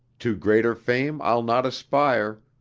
to greater fame i'll not aspire,